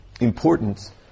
importance